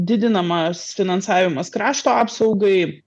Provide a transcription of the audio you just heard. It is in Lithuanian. didinamas finansavimas krašto apsaugai